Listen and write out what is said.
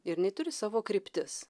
ir jinai turi savo kryptis